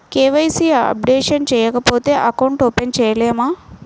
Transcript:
KYC updation చేయకపోతే account open చేయలేమా?